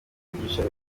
kuvugisha